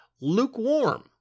lukewarm